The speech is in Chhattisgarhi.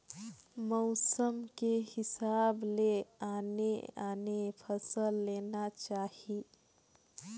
मउसम के हिसाब ले आने आने फसल लेना चाही